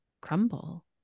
crumble